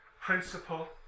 principle